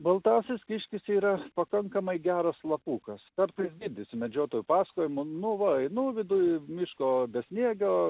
baltasis kiškis yra pakankamai geras lapukas kartais dydis su medžiotojų pasakojimų nu va einu viduj miško besniegio